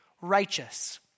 righteous